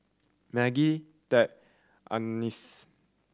Maggie Tab Agness